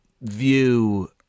view